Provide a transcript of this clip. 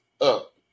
up